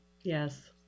Yes